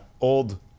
Old